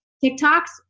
TikTok's